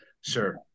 Sure